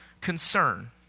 concern